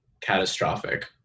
catastrophic